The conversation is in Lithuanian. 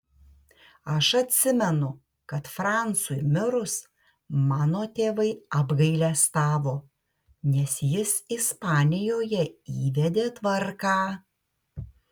aš atsimenu kad francui mirus mano tėvai apgailestavo nes jis ispanijoje įvedė tvarką